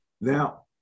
Now